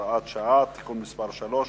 הוראת שעה) (תיקון מס' 3),